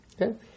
Okay